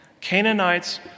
Canaanites